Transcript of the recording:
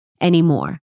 anymore